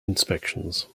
inspections